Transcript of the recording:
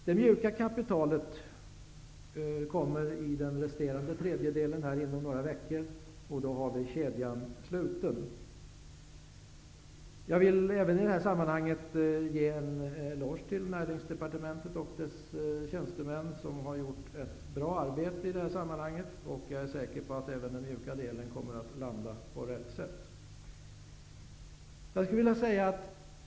Den resterande tredjedelen av det mjuka kapitalet kommer inom några veckor, och då är kedjan sluten. Jag vill även i detta sammanhang ge en eloge till Näringsdepartementet och dess tjänstemän, som har gjort ett bra arbete i detta sammanhang. Jag är säker på att även den mjuka delen kommer att landa på sätt sätt.